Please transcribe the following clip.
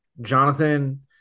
Jonathan